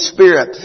Spirit